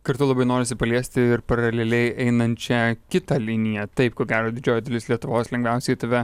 kartu labai norisi paliesti ir paraleliai einančią kitą liniją taip ko gero didžioji dalis lietuvos lengviausiai tave